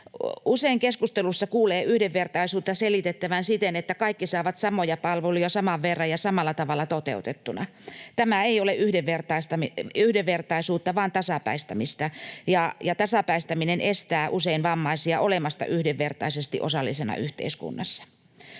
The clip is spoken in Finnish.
Usein keskustelussa kuulee yhdenvertaisuutta selitettävän siten, että kaikki saavat samoja palveluja saman verran ja samalla tavalla toteutettuna. Tämä ei ole yhdenvertaisuutta vaan tasapäistämistä, ja tasapäistäminen estää usein vammaisia olemasta yhdenvertaisesti osallisina yhteiskunnassa.